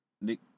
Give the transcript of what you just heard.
Nick